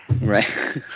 Right